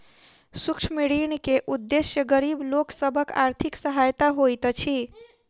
सूक्ष्म ऋण के उदेश्य गरीब लोक सभक आर्थिक सहायता होइत अछि